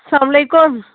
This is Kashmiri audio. السَلام علیکُم